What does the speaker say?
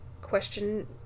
Question